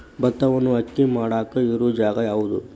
ಭತ್ತವನ್ನು ಅಕ್ಕಿ ಮಾಡಾಕ ಇರು ಜಾಗ ಯಾವುದು?